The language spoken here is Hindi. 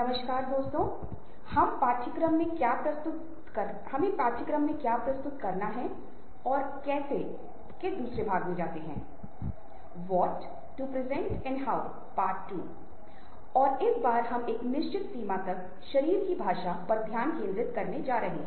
नमस्कार दोस्तों आज की बात में हम सामाजिक नेटवर्क मीडिया नेटवर्क और जिस तरह से वे हमारी पहचान को बढ़ाते हैं के बारेमे बात करने जा रहे है